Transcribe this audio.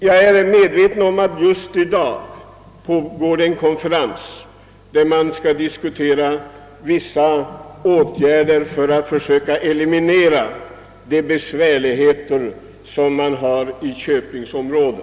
Jag är medveten om att det just i dag pågår en konferens, på vilken man skall diskutera vissa åtgärder för att försöka eliminera de besvärligheter som har drabbat Köpingsområdet.